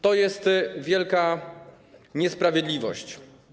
To jest wielka niesprawiedliwość.